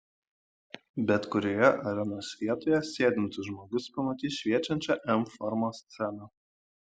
bet kurioje arenos vietoje sėdintis žmogus pamatys šviečiančią m formos sceną